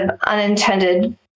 unintended